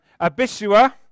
Abishua